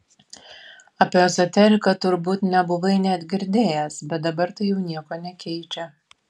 apie ezoteriką turbūt nebuvai net girdėjęs bet dabar tai jau nieko nekeičia